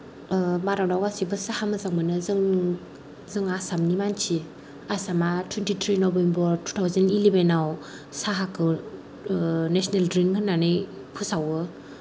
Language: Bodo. भारताव गासैबो साहा मोजां मोनो जों जों आसामनि मानसि आसामा twenty three November two thousand eleven आव साहाखौ नेसनेल द्रिं होननानै फोसावो